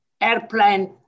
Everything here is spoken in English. airplane